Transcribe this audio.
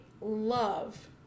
love